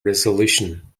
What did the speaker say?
resolution